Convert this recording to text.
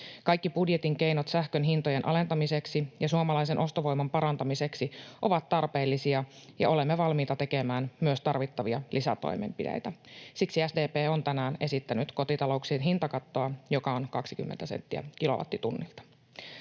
Kaikki budjetin keinot sähkön hintojen alentamiseksi ja suomalaisen ostovoiman parantamiseksi ovat tarpeellisia, ja olemme valmiita tekemään myös tarvittavia lisätoimenpiteitä. Siksi SDP on tänään esittänyt kotitalouksien hintakattoa, joka on 20 senttiä kilowattitunnilta.